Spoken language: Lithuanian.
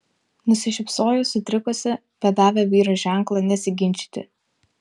nusišypsojo sutrikusi bet davė vyrui ženklą nesiginčyti